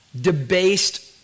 debased